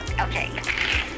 Okay